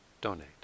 donate